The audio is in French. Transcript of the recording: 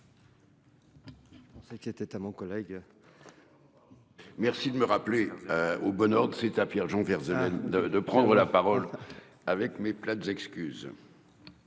Merci de me rappeler au bonheur de cette à Pierre-Jean Verzeletti de de prendre la parole avec mes plates excuses.